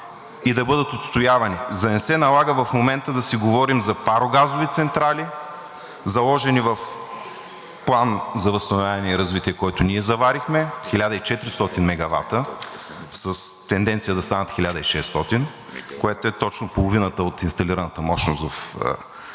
и да бъдат отстоявани, за да не се налага в момента да си говорим за парогазови централи, заложени в Плана за възстановяване и развитие, който ние заварихме – 1400 мегавата с тенденция да станат 1600, което е точно половината от инсталираната мощност в